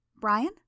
Brian